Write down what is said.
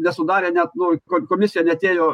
nesudarė net nu ko komisija neatėjo